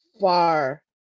far